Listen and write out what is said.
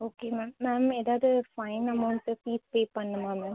okay ma'am ma'am ஏதாவது fine amount fees pay பண்ணணுமா ma'am